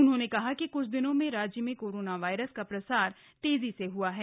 उन्होंने कहा कि क्छ दिनों में राज्य में कोरोना वायरस का प्रसार तेजी से हआ है